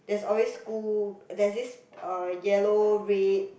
there's always school there's this um yellow red